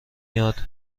یاد